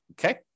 okay